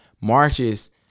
marches